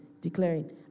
declaring